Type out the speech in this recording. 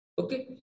Okay